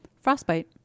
Frostbite